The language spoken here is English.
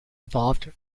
evolved